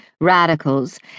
radicals